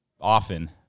often